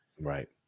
Right